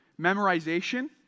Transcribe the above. memorization